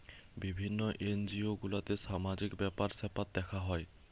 বিভিন্ন এনজিও গুলাতে সামাজিক ব্যাপার স্যাপার দেখা হয়